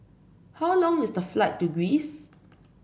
how long is the flight to Greece